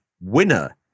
winner